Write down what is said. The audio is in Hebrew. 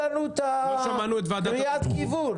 תן לנו את קריאת הכיוון.